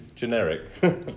Generic